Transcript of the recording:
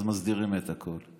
אז מסדירים את הכול.